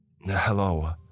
Hello